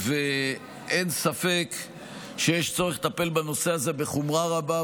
אין ספק שיש צורך לטפל בנושא הזה בחומרה רבה,